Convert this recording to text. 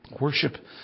Worship